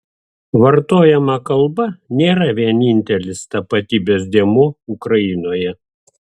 vartojama kalba nėra vienintelis tapatybės dėmuo ukrainoje